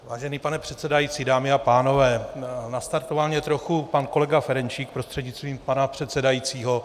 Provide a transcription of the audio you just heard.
Vážený pane předsedající, dámy a pánové, nastartoval mě trochu pan kolega Ferjenčík prostřednictvím pana předsedajícího.